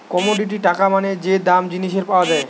commodity টাকা মানে যে দাম জিনিসের পাওয়া যায়